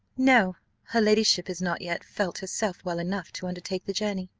no her ladyship has not yet felt herself well enough to undertake the journey.